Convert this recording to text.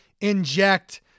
inject